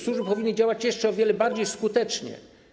Służby powinny działać jeszcze o wiele bardziej skutecznie.